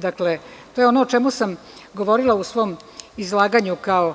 Dakle, to je ono o čemu sam govorila u svom izlaganju kao